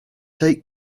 take